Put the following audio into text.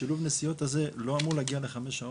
השילוב נסיעות הזה לא אמור להגיע לחמש שעות.